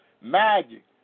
magic